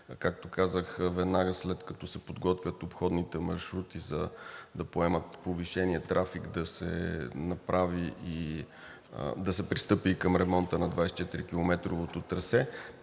както казах, веднага след като се подготвят обходните маршрути, за да поемат повишения трафик и да се пристъпи към ремонта на 24-километровото трасе.